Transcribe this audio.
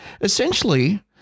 essentially